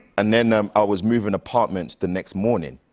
and then um i was moving apartments the next morning,